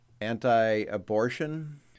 anti-abortion